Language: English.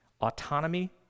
Autonomy